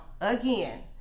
again